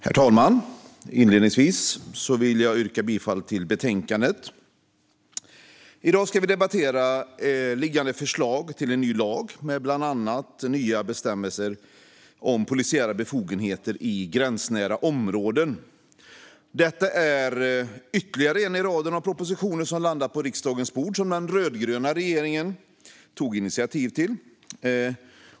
Herr talman! Inledningsvis vill jag yrka bifall till utskottets förslag till beslut i betänkandet. I dag ska vi debattera liggande förslag till en ny lag med bland annat nya bestämmelser om polisiära befogenheter i gränsnära områden. Detta är ytterligare en i raden av propositioner som landat på riksdagens bord som den rödgröna regeringen tog initiativ till.